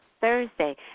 Thursday